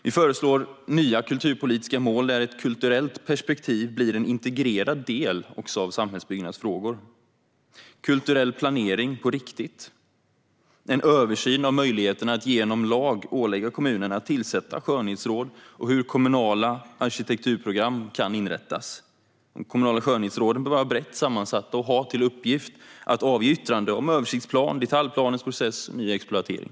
Vi föreslår nya kulturpolitiska mål, där ett kulturellt perspektiv blir en integrerad del av samhällsbyggnadsfrågor, kulturell planering på riktigt och en översyn av möjligheterna att genom lag ålägga kommunerna att tillsätta skönhetsråd och ange hur kommunala arkitekturprogram kan inrättas. De kommunala skönhetsråden bör vara brett sammansatta och ha till uppgift att avge yttranden om översiktsplan, detaljplanens process och ny exploatering.